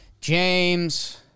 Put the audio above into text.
James